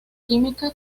química